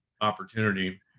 opportunity